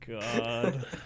god